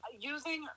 Using